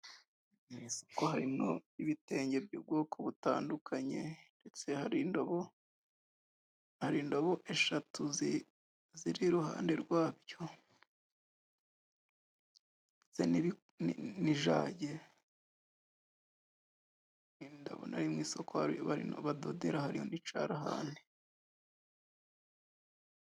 Mu isoko harimo ibitenge by'ubwoko butandukanye ndetse hari indobo eshatu ziri iruhande rwabyo, hari n’ijage, ndabona mu isoko badodera hari undi icarahane.